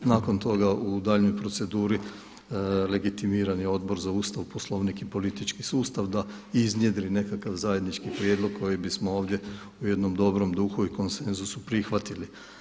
Nakon toga u daljnjoj proceduri legitimiran je Odbor za Ustav, poslovnik i politički sustav da iznjedri nekakav zajednički prijedlog koji bismo ovdje u jednom dobrom duhu i konsenzusu prihvatili.